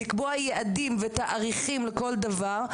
לקבוע יעדים ותאריכים לכל דבר.